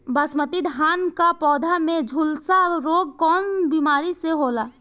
बासमती धान क पौधा में झुलसा रोग कौन बिमारी से होला?